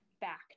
back